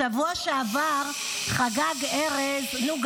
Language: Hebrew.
בשבוע שעבר חגג ארז --- נו,